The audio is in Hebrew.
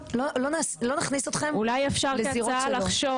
לא נכניס אתכם לזירות --- אולי אפשר כהצעה לחשוב